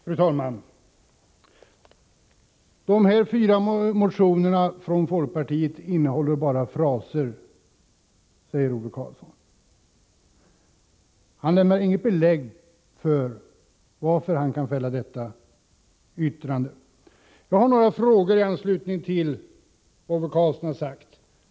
Fru talman! De fyra motionerna från folkpartiet innehåller bara fraser, säger Ove Karlsson. Han lämnar inget belägg för hur han kan fälla detta yttrande. Jag har några frågor i anslutning till Ove Karlssons uttalande.